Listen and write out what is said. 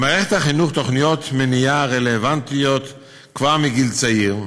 במערכת החינוך יש תוכניות מניעה רלוונטיות כבר מגיל צעיר,